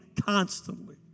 constantly